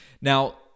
Now